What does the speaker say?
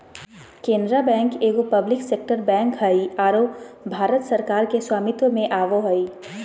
Canara bank एगो public sector bank हइ आरो भारत सरकार के स्वामित्व में आवो हइ